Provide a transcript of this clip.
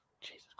Jesus